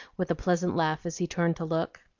with a pleasant laugh as he turned to look.